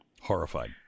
Horrified